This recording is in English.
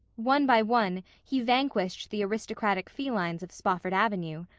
one by one he vanquished the aristocratic felines of spofford avenue.